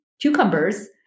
cucumbers